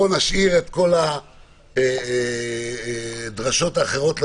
בואו נשאיר את כל הדרשות האחרות למליאה.